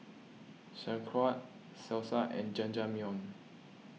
Sauerkraut Salsa and Jajangmyeon